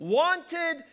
wanted